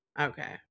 okay